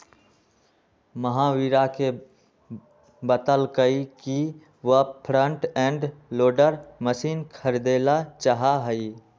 महावीरा ने बतल कई कि वह फ्रंट एंड लोडर मशीन खरीदेला चाहा हई